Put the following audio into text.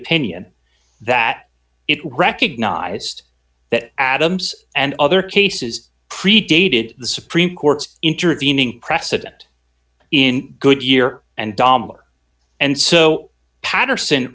opinion that it recognized that adams and other cases predated the supreme court's intervening precedent in good year and dahmer and so paterson